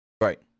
Right